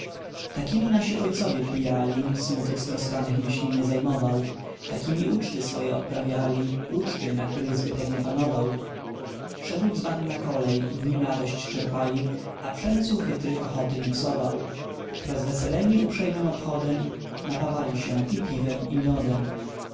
takiemi nasi ojcowie pijali smutek stroskanych myśli nie zajmował takiemi uczty swoje odprawiali uczty na których zbytek nie panował szedł dzban na kolej w nim radość czerpali a przemysł chytry ochoty nie psował rozweseleni uprzejmym obchodem napawali się i piwem i miodem